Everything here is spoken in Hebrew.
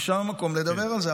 שם המקום לדבר על זה.